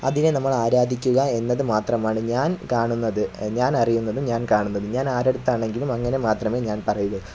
അതിനെ നമ്മൾ ആരാധിക്കുക എന്നതു മാത്രമാണ് ഞാൻ കാണുന്നത് ഞാൻ അറിയുന്നതും ഞാൻ കാണുന്നതും ഞാൻ ആരുടെ അടുത്താണെങ്കിലും അങ്ങനെ മാത്രമേ ഞാൻ പറയുകയുള്ളൂ